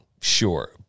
Sure